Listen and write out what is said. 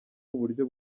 uburyo